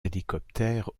hélicoptères